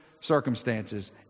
circumstances